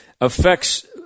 affects